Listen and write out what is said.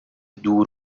دور